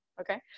Okay